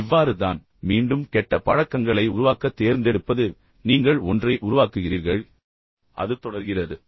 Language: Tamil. இவ்வாறு தான் மீண்டும் கெட்ட பழக்கங்களை உருவாக்கத் தேர்ந்தெடுப்பது நீங்கள் ஒன்றை உருவாக்குகிறீர்கள் அது தொடர்கிறது